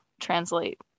translate